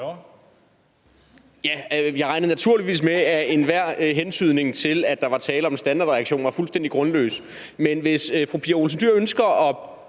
jeg regnede naturligvis med, at enhver hentydning til, at der var tale om en standardreaktion, var fuldstændig grundløs, men hvis fru Pia Olsen Dyhr ønsker at